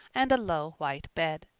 and a low white bed.